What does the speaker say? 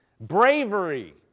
Bravery